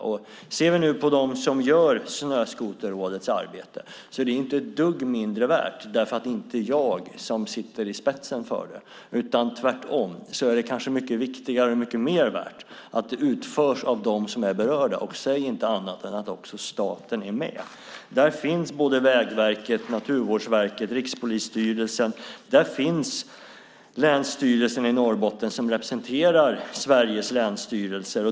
Om vi nu ser på dem som gör Snöskoterrådets arbete är arbetet inte ett dugg mindre värt därför att det inte är jag som sitter i spetsen för det. Tvärtom är det kanske mycket viktigare och mycket mer värt att det utförs av dem som är berörda. Och säg inte annat än att också staten är med! Där finns både Vägverket, Naturvårdsverket och Rikspolisstyrelsen. Där finns Länsstyrelsen i Norrbottens län, som representerar Sveriges länsstyrelser.